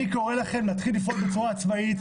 אני קורא לכם להתחיל לפעול בצורה עצמאית,